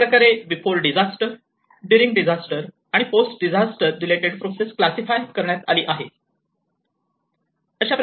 अशाप्रकारे before disaster during disaster आणि post disaster Before disaster during disaster and the post disaster related process classify करण्यात आली आहे